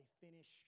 finish